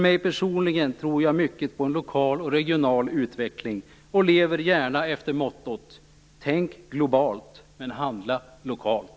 Jag personligen tror mycket på en lokal och regional utveckling och lever gärna efter mottot: Tänk globalt, men handla lokalt!